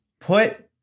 Put